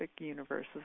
universe